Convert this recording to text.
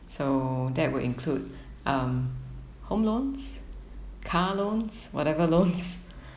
so that will include um home loans car loans whatever loans